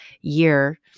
year